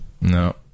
no